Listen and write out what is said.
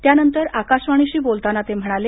त्यानंतर आकाशवाणीशी बोलताना ते म्हणाले